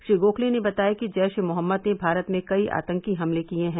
श्री गोखले ने बताया कि जैश ए मोहम्मद ने भारत में कई आतंकी हमले किए हैं